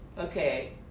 Okay